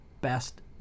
best